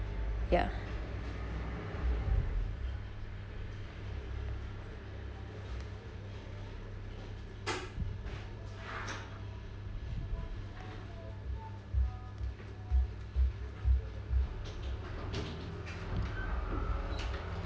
ya